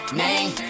name